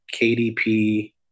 KDP